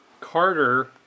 Carter